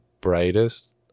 brightest